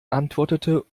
antwortete